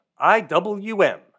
IWM